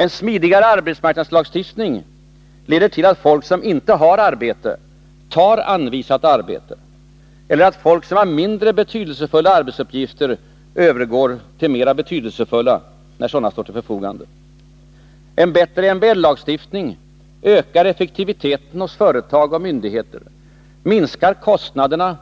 En smidigare arbetsmarknadslagstiftning leder till att folk som inte har arbete tar anvisat arbete eller att folk som har mindre betydelsefulla arbetsuppgifter övergår till mera betydelsefulla, när sådana står till förfogande. En bättre MBL-lagstiftning ökar effektiviteten hos företag och myndigheter, minskar kostnaderna